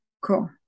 cool